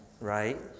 right